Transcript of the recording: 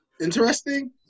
interesting